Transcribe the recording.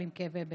אבל עם כאבי בטן.